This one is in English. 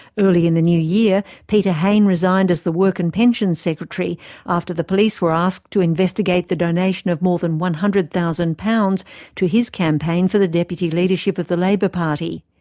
early in the new year, peter hain resigned as the work and pensions secretary after the police were asked to investigate the donation of more than one hundred thousand pounds to his campaign for the deputy leadership of the labour party.